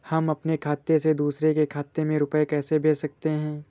हम अपने खाते से दूसरे के खाते में रुपये कैसे भेज सकते हैं?